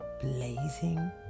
blazing